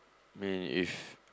I mean if